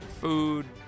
food